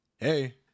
hey